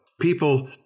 people